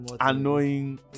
annoying